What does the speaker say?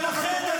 ולכן,